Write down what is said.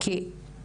לא.